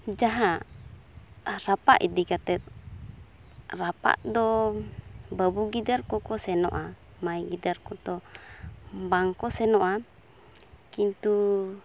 ᱡᱟᱦᱟᱸ ᱨᱟᱯᱟᱜ ᱤᱫᱤ ᱠᱟᱛᱮᱫ ᱨᱟᱯᱟᱜ ᱫᱚ ᱵᱟᱹᱵᱩᱜᱤᱫᱟᱹᱨ ᱠᱚᱠᱚ ᱥᱮᱱᱚᱜᱼᱟ ᱢᱟᱹᱭ ᱜᱤᱫᱟᱹᱨ ᱠᱚᱫᱚ ᱵᱟᱝᱠᱚ ᱥᱮᱱᱚᱜᱼᱟ ᱠᱤᱱᱛᱩ